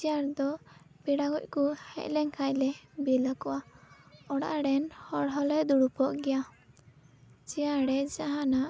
chair ᱫᱚ ᱯᱮᱲᱟ ᱠᱚᱠᱚ ᱦᱮᱡ ᱞᱮᱱᱠᱷᱟᱱ ᱞᱮ ᱵᱤᱞ ᱟᱠᱚᱣᱟ ᱚᱲᱟᱜᱨᱮᱱ ᱦᱚᱲ ᱦᱚᱞᱮ ᱫᱩᱲᱩᱵᱚᱜ ᱜᱮᱭᱟ ᱪᱮᱭᱟᱨ ᱨᱮ ᱡᱟᱦᱟᱱᱟᱜ